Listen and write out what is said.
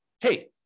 hey